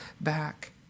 back